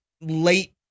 late